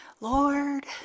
Lord